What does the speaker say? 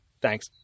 Thanks